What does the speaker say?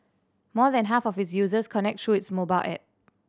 more than half of its users connect through its mobile app